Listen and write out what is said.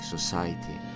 Society